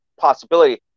possibility